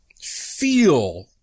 feel